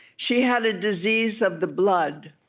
she had a disease of the blood,